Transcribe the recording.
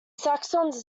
saxons